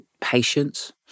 patience